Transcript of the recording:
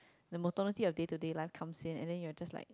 the monotony of day to day life comes in and then you're just like